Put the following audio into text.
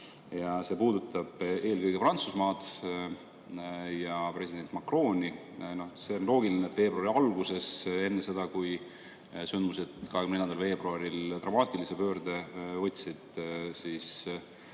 See puudutab eelkõige Prantsusmaad ja president Macroni. On loogiline, et veebruari alguses, enne seda, kui sündmused 24. veebruaril dramaatilise pöörde võtsid,